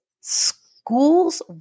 schools